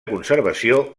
conservació